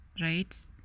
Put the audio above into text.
right